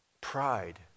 Pride